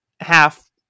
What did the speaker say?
half